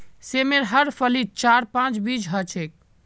सेमेर हर फलीत चार पांच बीज ह छेक